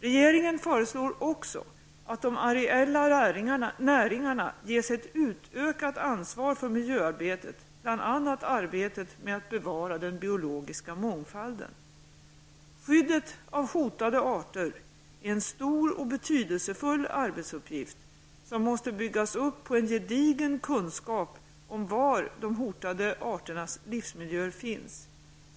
Regeringen föreslår också att de areella näringarna ges ett utökat ansvar för miljöarbetet, bl.a. arbetet med att bevara den biologiska mångfalden. Skyddet av hotade arter är en stor och betydelsefull arbetsuppgift, som måste byggas upp på en gedigen kunskap om var de hotade arternas livsmiljöer finns.